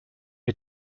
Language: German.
ich